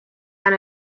and